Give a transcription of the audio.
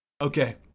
okay